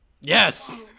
Yes